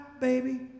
Baby